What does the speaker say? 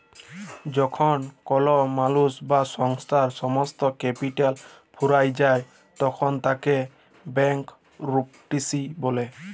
যখল কল মালুস বা সংস্থার সমস্ত ক্যাপিটাল ফুরাঁয় যায় তখল তাকে ব্যাংকরূপটিসি ব্যলে